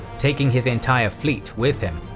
taking his entire fleet with him.